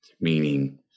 Meaning